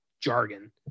jargon